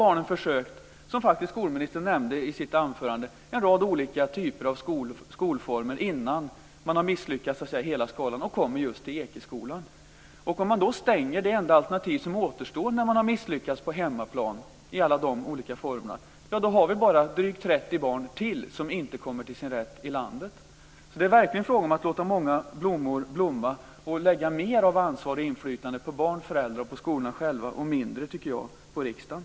Barnen där har, som skolministern faktiskt nämnde i sitt anförande, prövat en rad olika typer av skolformer men misslyckats över hela skalan och sedan kommit till Ekeskolan. Om man stänger det enda alternativ som återstår efter det att eleverna har misslyckats i alla de olika skolformerna på hemmaplan, blir följden bara den att vi får drygt 30 barn till i landet som inte kommer till sin rätt. Det är verkligen fråga om att låta många blommor blomma och att lägga mer av ansvar och inflytande på barnen, föräldrarna och skolorna själva och mindre på riksdagen.